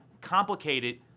complicated